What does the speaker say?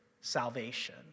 salvation